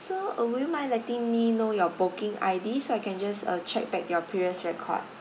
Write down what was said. so uh would you mind letting me know your booking I_D so I can just uh check back your previous record